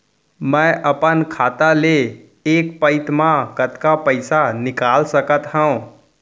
मैं अपन खाता ले एक पइत मा कतका पइसा निकाल सकत हव?